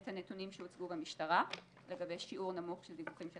את הנתונים שהוצגו במשטרה לגבי שיעור נמוך של הדיווחים של